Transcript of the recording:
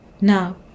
Now